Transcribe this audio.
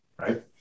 right